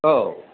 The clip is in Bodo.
औ